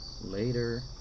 later